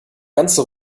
ganze